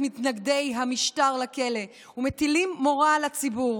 מתנגדי המשטר לכלא ומטילים מורא על הציבור.